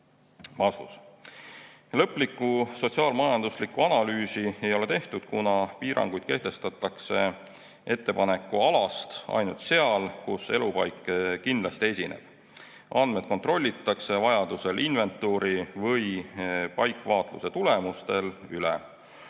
Lõplikku sotsiaal‑majanduslikku analüüsi ei ole tehtud, kuna piiranguid kehtestatakse ettepanekualast ainult seal, kus elupaik kindlasti esineb. Andmed kontrollitakse vajaduse korral inventuuri või paikvaatluse tulemusel üle.